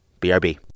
BRB